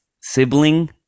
sibling